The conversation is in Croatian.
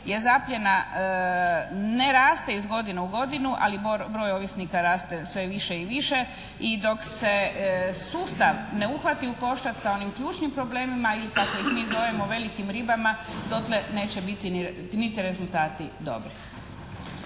je zapljena ne raste iz godine u godinu ali broj ovisnika raste sve više i više i dok se sustav ne uhvati u koštac sa onim ključnim problemima ili kako ih mi zovemo velikim ribama, dotle neće biti niti rezultati dobri.